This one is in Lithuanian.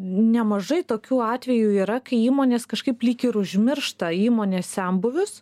nemažai tokių atvejų yra kai įmonės kažkaip lyg ir užmiršta įmonės senbuvius